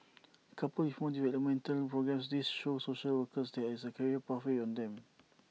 coupled with more developmental programmes this shows social workers there is A career pathway for them